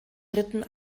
dritten